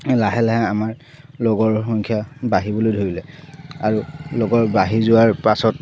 লাহে লাহে আমাৰ লগৰ সংখ্যা বাঢ়িবলৈ ধৰিলে আৰু লগৰ বাঢ়ি যোৱাৰ পাছত